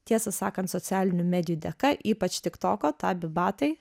tiesą sakant socialinių medijų dėka ypač tiktoko tabi batai